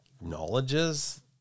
acknowledges